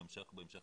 בהמשך